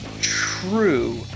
True